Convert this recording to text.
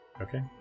Okay